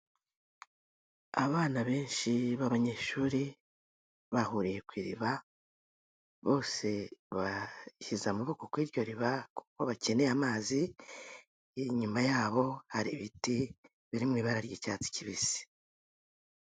Abana benshi b'abanyeshuri bahuriye ku iriba bose bashyize amaboko kuri iryo riba kuko bakeneye amazi, inyuma yabo hari ibiti biri mu ibara ry'icyatsi kibisi.